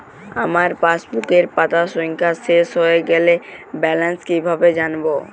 আমার পাসবুকের পাতা সংখ্যা শেষ হয়ে গেলে ব্যালেন্স কীভাবে জানব?